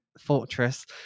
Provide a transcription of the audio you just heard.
Fortress